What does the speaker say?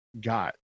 got